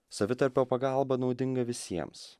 savitarpio pagalba naudinga visiems